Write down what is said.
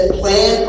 plan